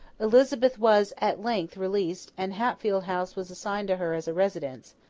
elizabeth was, at length, released and hatfield house was assigned to her as a residence,